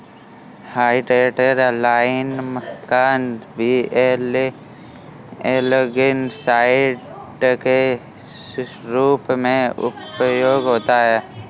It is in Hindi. हाइड्रेटेड लाइम का भी एल्गीसाइड के रूप में उपयोग होता है